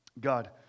God